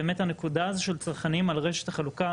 באמת הנקודה הזאת של צרכנים על רשת החלוקה,